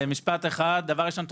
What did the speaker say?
דבר ראשון,